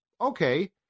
okay